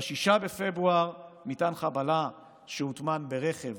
ב-6 בפברואר מטען חבלה שהוטמן ברכב